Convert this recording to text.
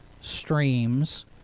streams